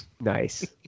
nice